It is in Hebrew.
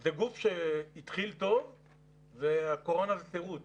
זה גוף שהתחיל טוב והקורונה היא תירוץ.